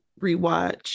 rewatch